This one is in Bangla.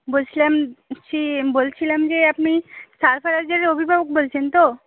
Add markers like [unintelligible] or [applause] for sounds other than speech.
বলছিলাম [unintelligible] বলছিলাম যে আপনি সারফারোজের অভিভাবক বলছেন তো